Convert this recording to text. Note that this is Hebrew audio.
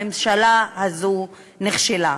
הממשלה הזו נכשלה.